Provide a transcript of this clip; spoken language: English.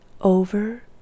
over